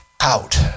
out